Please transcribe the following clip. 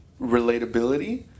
relatability